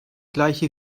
gleiche